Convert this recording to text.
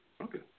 Okay